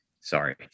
sorry